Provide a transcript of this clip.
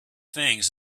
things